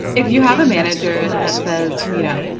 if you have a manager that says, you know,